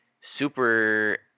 super